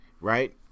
right